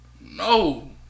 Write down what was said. No